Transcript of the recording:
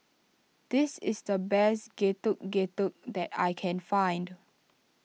this is the best Getuk Getuk that I can find